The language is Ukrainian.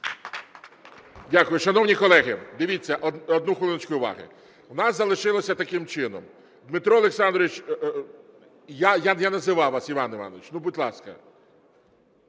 Дякую. Шановні колеги, дивіться, одну хвилиночку уваги. У нас залишилося таким чином. Дмитро Олександрович… Я називав вас, Іван Іванович, будь ласка.